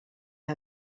que